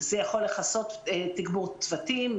זה יכול לכסות תגבור צוותים,